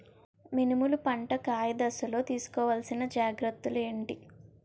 మినుములు పంట కాయ దశలో తిస్కోవాలసిన జాగ్రత్తలు ఏంటి?